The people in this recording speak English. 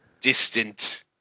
distant